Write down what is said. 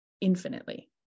infinitely